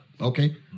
Okay